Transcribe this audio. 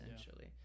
essentially